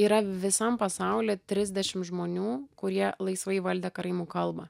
yra visam pasauly trisdešim žmonių kurie laisvai įvaldę karaimų kalbą